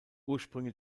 ursprünge